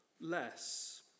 less